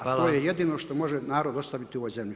To je jedino što može narod ostaviti u ovoj zemlji.